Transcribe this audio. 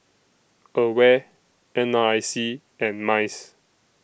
AWARE N R I C and Mice